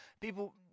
People